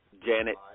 Janet